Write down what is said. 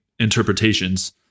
interpretations